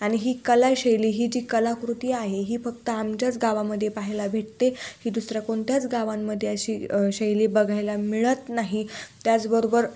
आणि ही कलाशैली ही जी कलाकृती आहे ही फक्त आमच्याच गावामध्ये पाहायला भेटते ही दुसऱ्या कोणत्याच गावांमध्ये अशी शैली बघायला मिळत नाही त्याचबरोबर